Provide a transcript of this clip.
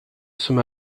som